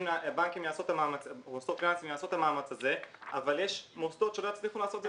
בנקים יעשו את המאמץ הזה אבל יש מוסדות שלא יצליחו לעמוד בזה.